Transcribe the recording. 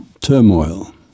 Turmoil